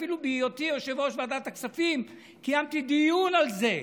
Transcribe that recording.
אפילו בהיותי יושב-ראש ועדת הכספים קיימתי דיון על זה,